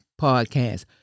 podcast